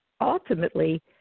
ultimately